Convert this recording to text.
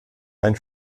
ein